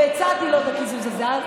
והצעתי לו את הקיזוז הזה.